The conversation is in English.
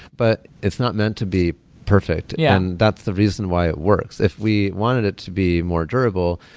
but it's not meant to be perfect. yeah and that's the reason why it works. if we wanted it to be more durable,